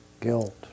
guilt